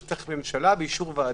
צריך ממשלה באישור ועדה.